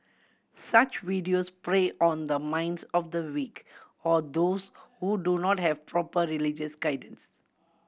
such videos prey on the minds of the weak or those who do not have proper religious guidance